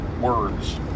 words